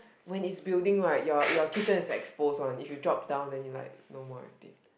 when is building right your your kitchen is like exposed one if you drop down then you are like no more already